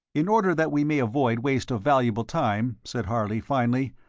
in order that we may avoid waste of valuable time, said harley, finally,